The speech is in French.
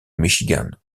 michigan